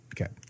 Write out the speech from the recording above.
Okay